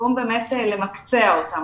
במקום להביא להתמקצעות הסייעות,